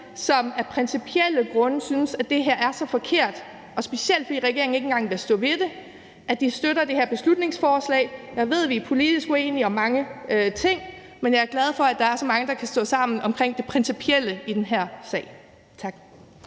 som af principielle grunde synes, at det her er så forkert, specielt fordi regeringen ikke engang vil stå ved det, at de støtter det her beslutningsforslag. Jeg ved, at vi er politisk uenige om mange ting, men jeg er glad for, at der er så mange, der kan stå sammen omkring det principielle i den her sag. Tak.